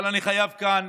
אבל אני חייב כאן